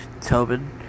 Tobin